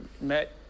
met